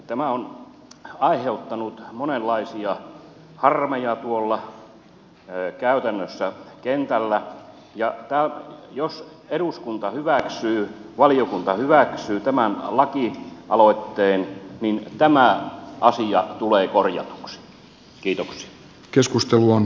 tämä on aiheuttanut monenlaisia harmeja käytännössä tuolla kentällä ja jos eduskunta hyväksyy valiokunta hyväksyy tämän lakialoitteen niin tämä asia tulee korjatuksi